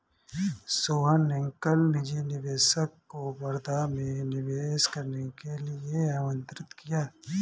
सोहन ने कल निजी निवेशक को वर्धा में निवेश करने के लिए आमंत्रित किया